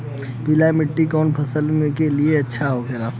पीला मिट्टी कोने फसल के लिए अच्छा होखे ला?